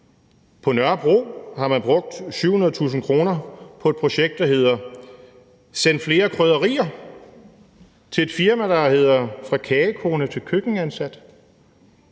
På Nørrebro har man brugt 700.000 kr. på et projekt, der hedder »Send Flere Krydderier« og et firma, der hedder »Fra kogekone til køkkenansat«.